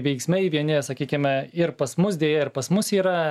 veiksmai vieni sakykime ir pas mus deja ir pas mus yra